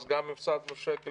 אז גם הפסדנו שקל,